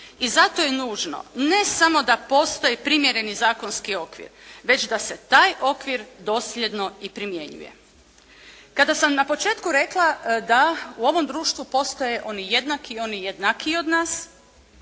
I zato je nužno ne samo da postoji primjereni zakonski okvir već da se taj okvir dosljedno i primjenjuje. Kada sam na početku rekla da u ovom društvu postoje oni jednaki i oni jednakiji od nas